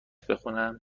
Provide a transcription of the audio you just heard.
بخونم